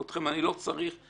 לכם אני לא צריך לקרוא.